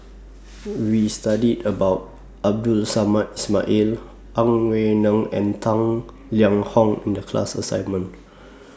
We studied about Abdul Samad Ismail Ang An Wei Neng and Tang Liang Hong in The class assignment